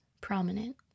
prominent